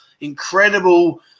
incredible